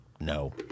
No